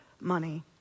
money